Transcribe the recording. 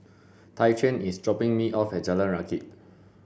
Tyquan is dropping me off at Jalan Rakit